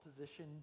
position